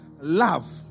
love